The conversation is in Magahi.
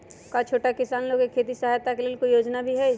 का छोटा किसान लोग के खेती सहायता के लेंल कोई योजना भी हई?